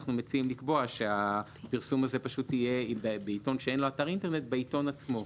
מציעים לקבוע שהפרסום בעיתון שאין לו אתר אינטרנט בעיתון עצמו,